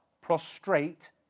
prostrate